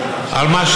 ואני אומרת לה: מה?